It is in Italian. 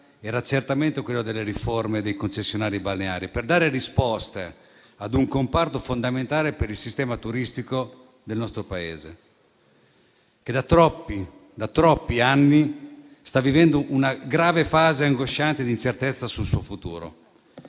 era certamente quello delle riforme delle concessioni balneari, per dare risposte a un comparto fondamentale per il sistema turistico del nostro Paese, che da troppi anni sta vivendo una grave fase angosciante di incertezza sul suo futuro.